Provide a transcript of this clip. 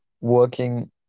working